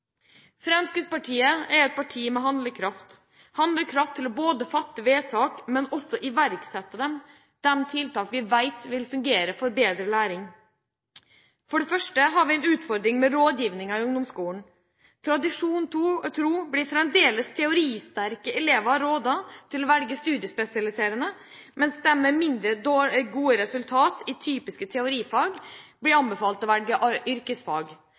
Fremskrittspartiet er et parti med handlekraft, handlekraft til både å fatte vedtak og å iverksette dem, tiltak vi vet vil fungere for bedre læring. For det første har vi en utfordring med rådgivningen i ungdomsskolen. Tradisjonen tro blir fremdeles «teoristerke» elever rådet til å velge studiespesialisering, mens de med mindre gode resultater i typiske teorifag blir anbefalt å velge yrkesfag. Dette er alt annet enn å anerkjenne viktigheten av yrkesfagene. Det skaper et inntrykk av